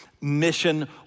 mission